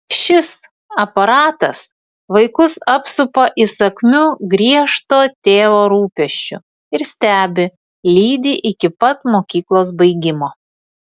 šis aparatas vaikus apsupa įsakmiu griežto tėvo rūpesčiu ir stebi lydi iki pat mokyklos baigimo